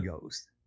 Ghost